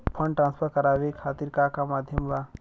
Fund transfer करवाये खातीर का का माध्यम बा?